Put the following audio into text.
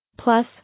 Plus